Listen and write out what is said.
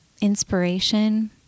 inspiration